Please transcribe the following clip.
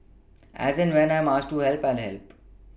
as and when I masked to help I'll help